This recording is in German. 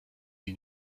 sie